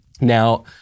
Now